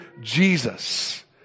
Jesus